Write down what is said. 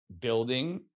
building